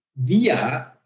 via